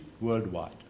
worldwide